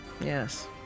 Yes